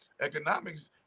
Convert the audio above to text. Economics